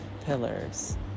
pillars